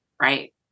Right